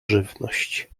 żywność